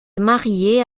mariée